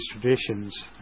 traditions